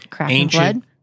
ancient